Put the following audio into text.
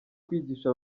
kwigisha